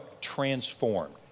transformed